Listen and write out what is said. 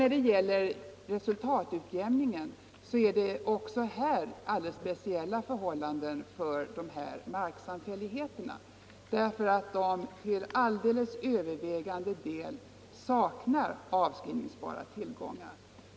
När det sedan gäller resultatutjämningen är det också där alldeles spe ciella förhållanden för marksamfälligheterna, eftersom de till alldeles övervägande del saknar avskrivningsbara tillgångar.